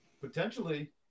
potentially